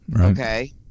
okay